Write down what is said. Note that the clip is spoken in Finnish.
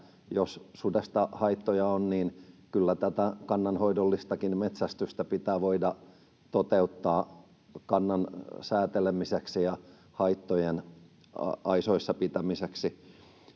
jos sudesta on haittoja, niin kyllä tätä kannanhoidollistakin metsästystä pitää voida toteuttaa kannan säätelemiseksi ja haittojen aisoissa pitämiseksi.